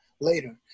later